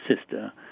sister